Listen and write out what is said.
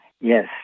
Yes